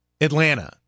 Atlanta